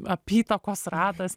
apytakos ratas